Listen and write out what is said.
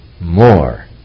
more